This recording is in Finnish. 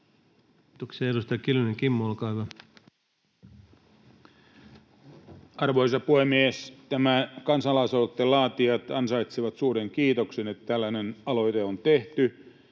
Kiitoksia. — Edustaja Kiljunen, Kimmo, olkaa hyvä. Arvoisa puhemies! Tämän kansalaisaloitteen laatijat ansaitsevat suuren kiitoksen, että tällainen aloite on tehty.